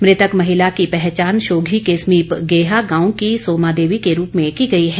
मृतक महिला की पहचान शोधी के समीप गेहा गांव की सोमा देवी के रूप में की गई है